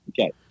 Okay